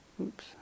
oops